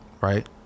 right